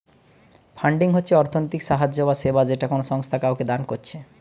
funding হচ্ছে অর্থনৈতিক সাহায্য বা সেবা যেটা কোনো সংস্থা কাওকে দান কোরছে